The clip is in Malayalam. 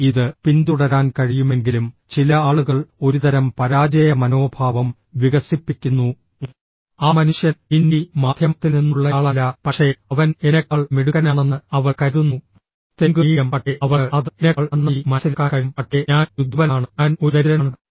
ഇത് പിന്തുടരാൻ കഴിയുമെങ്കിലും ചില ആളുകൾ ഒരുതരം പരാജയ മനോഭാവം വികസിപ്പിക്കുന്നു ആ മനുഷ്യൻ ഹിന്ദി മാധ്യമത്തിൽ നിന്നുള്ളയാളല്ല പക്ഷേ അവൻ എന്നെക്കാൾ മിടുക്കനാണെന്ന് അവൾ കരുതുന്നു തെലുങ്ക് മീഡിയം പക്ഷേ അവൾക്ക് അത് എന്നെക്കാൾ നന്നായി മനസ്സിലാക്കാൻ കഴിയും പക്ഷേ ഞാൻ ഒരു ദുർബലനാണ് ഞാൻ ഒരു ദരിദ്രനാണ്